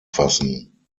fassen